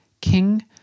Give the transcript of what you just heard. King